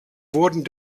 wurden